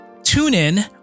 TuneIn